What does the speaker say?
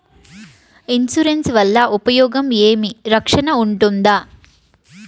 Insurance వల్ల ఉపయోగం ఏమి? రక్షణ ఉంటుందా?